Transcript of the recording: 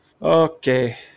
Okay